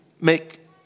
make